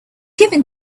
given